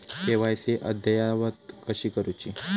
KYC अद्ययावत कशी करुची?